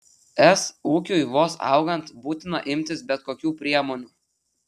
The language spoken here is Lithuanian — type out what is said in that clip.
es ūkiui vos augant būtina imtis bet kokių priemonių